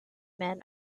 men